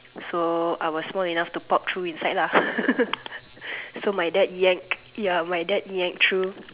so I was small enough to pop through inside lah so my dad yanked ya my dad yanked through